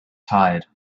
tired